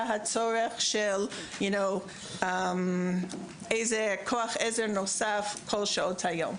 צורך לראות איזה כוח עזר נוסף צריך בכל שעות היום.